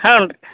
ಹಾಂ ರೀ